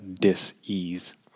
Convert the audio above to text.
dis-ease